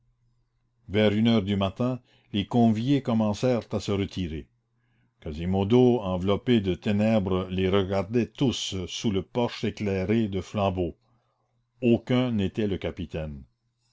vers une heure du matin les conviés commencèrent à se retirer quasimodo enveloppé de ténèbres les regardait tous sous le porche éclairé de flambeaux aucun n'était le capitaine